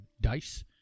dice